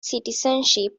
citizenship